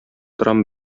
торам